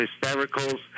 hystericals